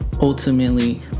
ultimately